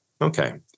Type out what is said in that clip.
Okay